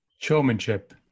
Showmanship